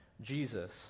jesus